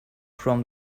from